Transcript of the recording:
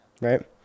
Right